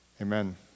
Amen